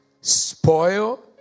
Spoil